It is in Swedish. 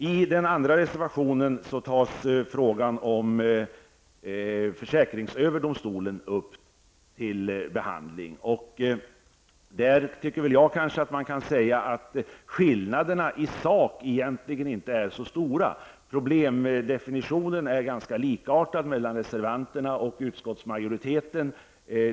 I den andra reservationen tas frågan om försäkringsöverdomstolen upp till behandling. Jag tycker att skillnaderna i sak egentligen inte är så stora. Problemdefinitionen är ganska likartad hos reservanterna och utskottsmajoriteten.